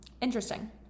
interesting